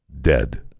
dead